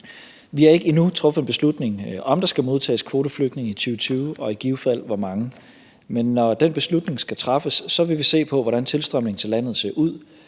Vi har endnu ikke truffet en beslutning om, om der skal modtages kvoteflygtninge i 2020 og i givet fald om hvor mange, men når den beslutning skal træffes, vil vi se på, hvordan tilstrømningen til landet ser ud.